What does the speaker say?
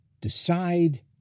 Decide